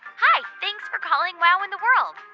hi. thanks for calling wow in the world.